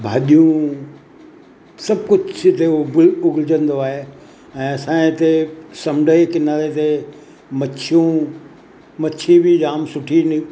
भाॼियूं सभु कुझु हिते उब उगजंदो आहे ऐं असांजे हिते समुंड जे किनारे ते मछियूं मछी बि जाम सुठी